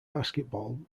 basketball